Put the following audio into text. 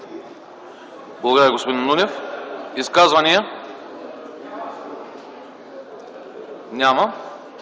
Благодаря, господин Нунев. Изказвания? Няма.